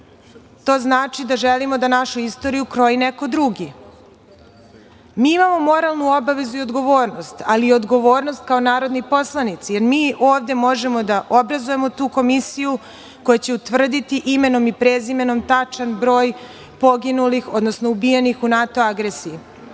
to znači da želimo da našu istoriju kroji neko drugo. Mi imamo moralnu obavezu i odgovornost, ali i odgovornost kao narodni poslanici, jer mi ovde možemo da obrazujemo tu komisiju koja će utvrditi imenom i prezimenom tačan broj poginulih, odnosno ubijenih u NATO agresiji. Ako